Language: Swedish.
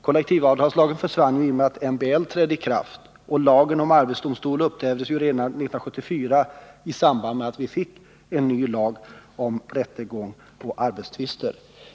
Kollektivavtalslagen försvann i och med att MBL trädde i kraft, och lagen om arbetsdomstol upphävdes redan 1974 i samband med att vi fick en ny lag om rättegång vid arbetstvister.